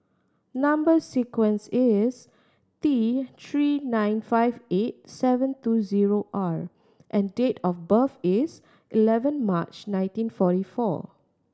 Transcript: number sequence is T Three nine five eight seven two zero R and date of birth is eleven March nineteen forty four